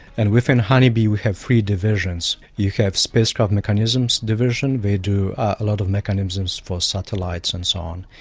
and within honeybee we have three divisions. you have spacecraft mechanisms division. we do a lot of mechanisms for satellites and so on.